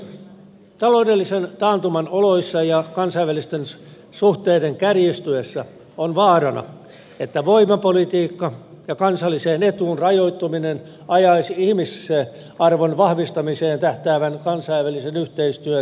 taloudellisen taantuman oloissa ja kansainvälisten suhteiden kärjistyessä on vaarana että voimapolitiikka ja kansalliseen etuun rajoittuminen ajaisivat ihmisarvon vahvistamiseen tähtäävän kansainvälisen yhteistyön ohitse